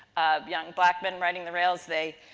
young black men riding the rails. they